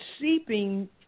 seeping